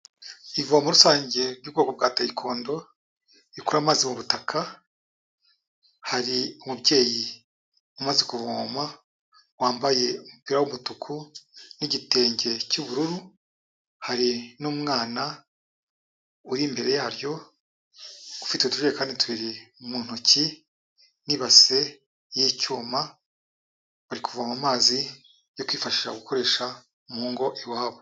Ivomo rusange ry'ubwoko bwa tayikondo, rikura amazi mu butaka, hari umubyeyi umaze kuvoma wambaye umupira w'umutuku n'igitenge cy'ubururu, hari n'umwana uri imbere yaryo, ufite utujerekani tubiri mu ntoki n'ibase y'icyuma, bari kuvoma amazi yo kwifashisha gukoresha mu ngo iwabo.